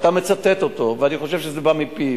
ואתה מצטט אותו, ואני חושב שזה בא מפיו,